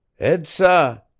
ed-sa,